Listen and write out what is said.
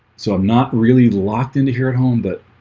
so i'm not really locked into here at home that